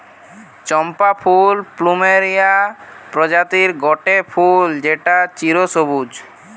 চম্পা ফুল প্লুমেরিয়া প্রজাতির গটে ফুল যেটা চিরসবুজ